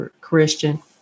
Christian